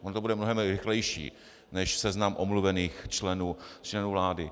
Ono to bude mnohem rychlejší než seznam omluvených členů vlády.